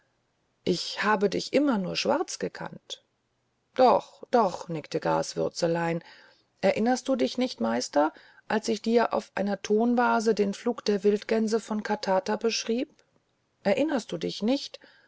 ich habe dich immer nur schwarz gekannt doch doch nickte graswürzelein erinnerst du dich nicht meister da ich dir auf einer tonvase den flug der wildgänse von katata beschrieb erinnerst du dich nicht